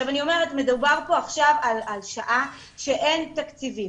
מדובר פה עכשיו על שעה שאין תקציבים.